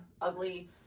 ugly